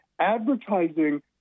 advertising